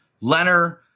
Leonard